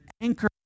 anchor